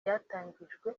ryatangijwe